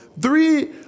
three